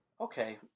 okay